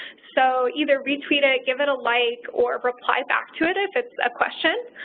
so either retweet it, give it a like, or reply back to it if it's a question.